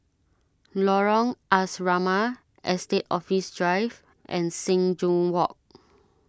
Lorong Asrama Estate Office Drive and Sing Joo Walk